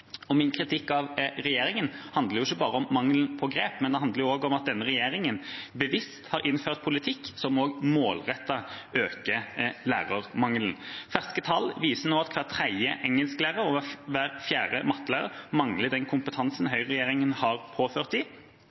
Min kritikk av regjeringa handler ikke bare om mangelen på grep, den handler også om at denne regjeringa bevisst har innført politikk som målrettet øker lærermangelen. Ferske tall viser nå at hver tredje engelsklærer og hver fjerde mattelærer mangler den kompetansen høyreregjeringa har pålagt dem, og står i